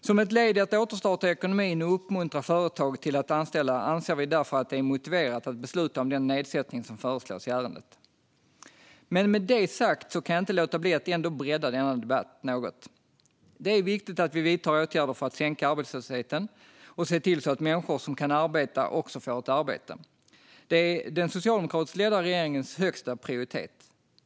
Som ett led i att återstarta ekonomin och uppmuntra företag till att anställa anser vi därför att det är motiverat att besluta om den nedsättning som föreslås i ärendet. Med detta sagt kan jag inte låta bli att ändå bredda denna debatt något. Det är viktigt att vi vidtar åtgärder för att sänka arbetslösheten och se till att människor som kan arbeta också får ett arbete. Det är den socialdemokratiskt ledda regeringens högsta prioritet.